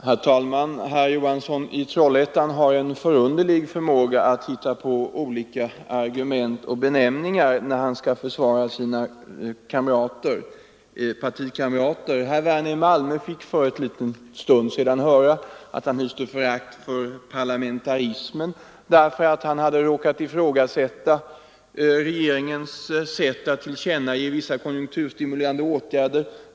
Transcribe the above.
Herr talman! Herr Johansson i Trollhättan har en förunderlig förmåga att hitta på olika argument och benämningar när han skall försvara sina partikamrater. Herr Werner i Malmö fick för en liten stund sedan höra att han hyste förakt för parlamentarismen därför att han hade råkat ifrågasätta regeringens sätt att tillkännage vissa konjunkturstimulerande åtgärder.